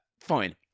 Fine